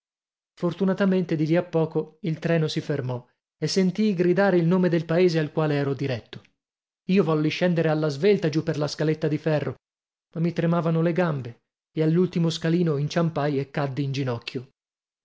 fortunatamente di lì a poco il treno si fermò e sentii gridare il nome del paese al quale ero diretto io volli scendere alla svelta giù per la scaletta di ferro ma mi tremavano le gambe e all'ultimo scalino inciampai e caddi in ginocchio